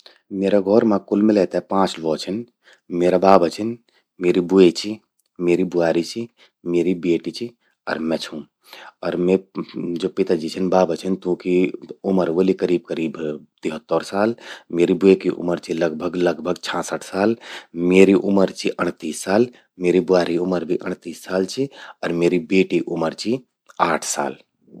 म्येरा घौरा मां कुल मिलै ते पांच ल्वो छिन। म्येरा बाबा छिन, म्येरि ब्वे चि, म्येरि ब्वारि चि, म्येरि ब्येटि चि, अर मैं छूं। अर म्येरा पिताजी छिन ज्वो बाबा छिन तूंकि उमर व्होलि करीब करीब तिहत्तर साल। म्येरि ब्वे कि उमर चि लगभग लगभग छासठ साल, म्येरि उमर चि अणतीस साल, म्येरि ब्वारि उमर भी अणतीस साल चि अर म्येरि ब्येटि उमर चि आठ साल।